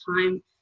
time